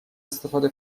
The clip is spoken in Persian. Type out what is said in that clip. استفاده